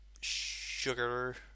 sugar